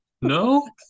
no